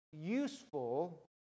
useful